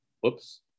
Whoops